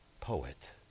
poet